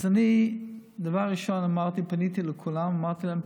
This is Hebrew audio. אז אני דבר ראשון אמרתי, פניתי לכולם ואמרתי להם: